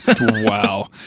wow